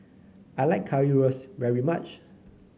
I like Currywurst very much